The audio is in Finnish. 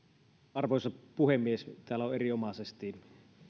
arvoisa puhemies täällä on erinomaisesti